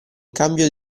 cambio